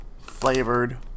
flavored